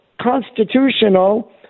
constitutional